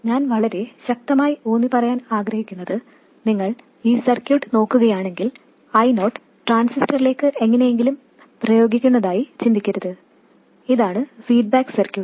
ഞാൻ വളരെ ശക്തമായി ഊന്നിപ്പറയാൻ ആഗ്രഹിക്കുന്നത് നിങ്ങൾ ഈ സർക്യൂട്ട് നോക്കുകയാണെങ്കിൽ I0 ട്രാൻസിസ്റ്ററിലേക്ക് എങ്ങനെയെങ്കിലും പ്രയോഗിക്കുന്നതായി ചിന്തിക്കരുത് ഇതാണ് ഫീഡ്ബാക്ക് സർക്യൂട്ട്